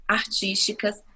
artísticas